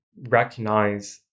recognize